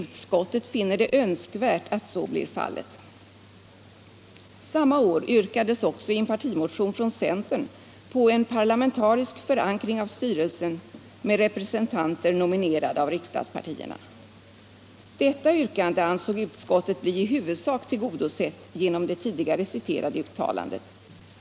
Utskottet finner det önskvärt att så blir fallet.” Samma år yrkades också i en partimotion från centern på en parlamentarisk förankring av styrelsen med representanter nominerade av riksdagspartierna. Detta yrkande ansåg utskottet bli i huvudsak tillgodosett genom det tidigare citerade uttalandet.